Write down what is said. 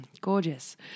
gorgeous